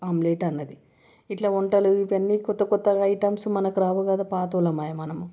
omelette అన్నది ఇట్లా వంటలు ఇవన్నీ కొత్త కొత్తగా ఐటమ్సు మనకు రావు కదా పాత వాళ్లం ఆయా మనము